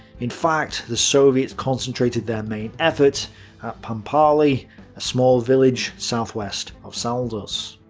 in fact, the soviets concentrated their main effort at pampali a small village southwest of saldus.